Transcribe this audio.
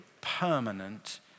permanent